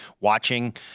watching